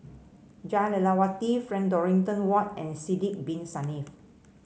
Jah Lelawati Frank Dorrington Ward and Sidek Bin Saniff